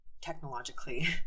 technologically